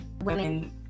women